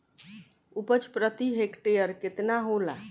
उपज प्रति हेक्टेयर केतना होला?